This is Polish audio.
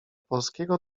polskiego